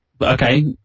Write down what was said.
Okay